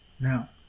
Now